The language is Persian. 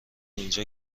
اینجا